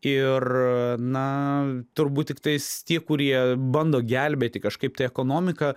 ir na turbūt tiktais tie kurie bando gelbėti kažkaip tai ekonomiką